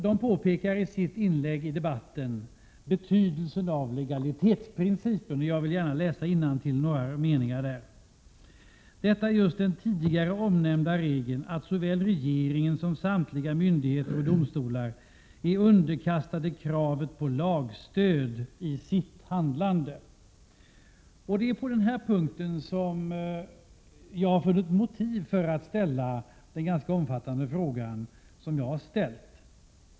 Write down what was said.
De påpekar i sitt inlägg i debatten betydelsen av legalitetsprincipen. Jag vill gärna läsa innantill något av vad de skriver om legalitetsprincipen: ”Detta är just den tidigare omnämnda regeln att såväl regeringen som samtliga myndigheter och domstolar är underkastade kravet på lagstöd i sitt handlande.” Det är denna punkt som ger mig ett motiv för att ställa den ganska omfattande fråga jag har ställt.